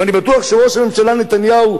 ואני בטוח שראש הממשלה נתניהו,